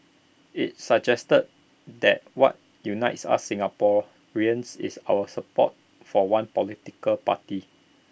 IT suggests that what unites us as Singaporeans is our support for one political party